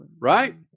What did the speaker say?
Right